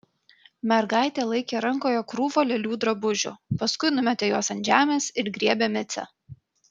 mergaitė laikė rankoje krūvą lėlių drabužių paskui numetė juos ant žemės ir griebė micę